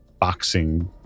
Boxing